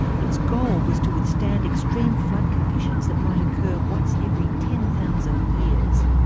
its goal was to withstand extreme flood conditions that might occur once every ten thousand years.